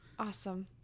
awesome